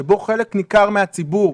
שבו חלק ניכר מן הציבור,